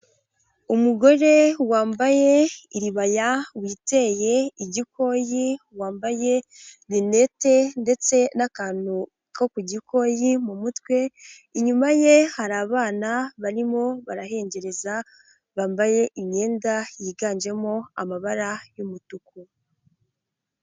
Umugore wambaye iribaya, witeye igikoyi, wambaye rinete ndetse n'akantu ko kugikoyi mu mutwe, inyuma ye hari abana barimo barahengereza, bambaye imyenda yiganjemo amabara y'umutuku.